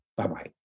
Bye-bye